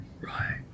Right